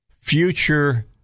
future